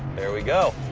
there we go.